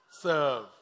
Serve